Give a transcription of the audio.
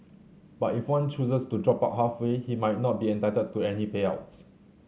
but if one chooses to drop out halfway he might not be entitled to any payouts